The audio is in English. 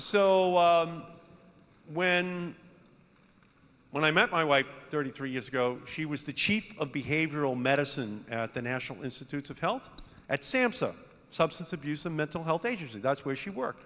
so when when i met my wife thirty three years ago she was the chief of behavioral medicine at the national institutes of health at samhsa substance abuse a mental health agency that's where she worked